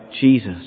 Jesus